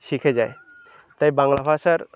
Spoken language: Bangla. শিখে যায় তাই বাংলা ভাষার